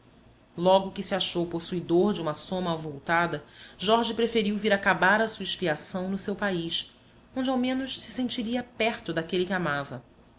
logo que se achou possuidor de uma soma avultada jorge preferiu vir acabar a sua expiação no seu país onde ao menos se sentiria perto daqueles que amava